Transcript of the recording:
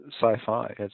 sci-fi